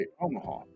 Omaha